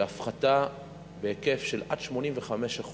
והפחתה בהיקף של עד 85%,